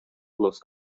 los